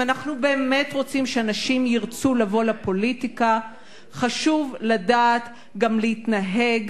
אם אנחנו באמת רוצים שאנשים ירצו לבוא לפוליטיקה חשוב לדעת גם להתנהג,